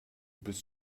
bist